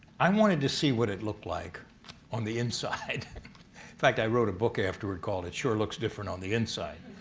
i wanted to see what it looked like on the inside. in fact, i wrote a book afterward called it sure looks different on the inside.